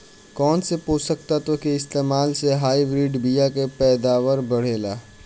कौन से पोषक तत्व के इस्तेमाल से हाइब्रिड बीया के पैदावार बढ़ेला?